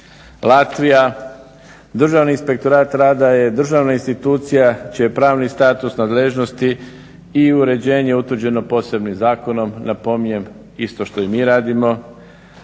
Latvija, Državni inspektorat rada je državna institucija čiji pravni status nadležnosti i uređenje utvrđeno posebnim zakonom, napominjem, isto što i mi radimo.